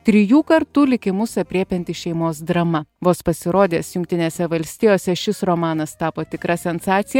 trijų kartų likimus aprėpianti šeimos drama vos pasirodęs jungtinėse valstijose šis romanas tapo tikra sensacija